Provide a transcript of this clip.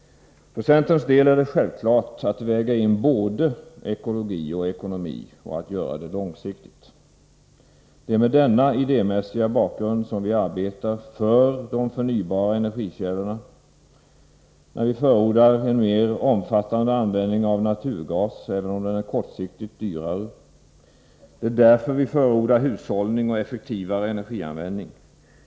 För centerns del är det självklart att väga in både ekologi och ekonomi och att göra det långsiktigt. Det är med denna idémässiga bakgrund som vi arbetar för de förnybara energikällorna och exempelvis förordar en mer omfattande användning av naturgas, även om det blir kortsiktigt dyrare. Det är därför vi förordar hushållning och effektivare energianvändning.